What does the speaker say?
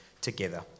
together